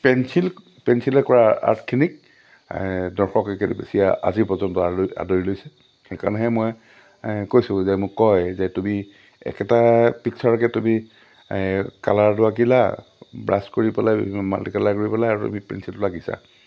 pencil পেঞ্চিলে কৰা আৰ্টখিনিক দৰ্শকে বেছি আজিৰ পৰ্যন্ত আদৰি আদৰি লৈছে সেইকাৰণেহে মই কৈছোঁ যে মোক কয় যে তুমি একেটা পিক্সাৰকে তুমি কালাৰটো আঁকিলা ব্ৰাছ কৰি পেলাই মাল্টিকালাৰ কৰি পেলাই আৰু তুমি পেঞ্চিলতো আঁকিছা